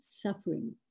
suffering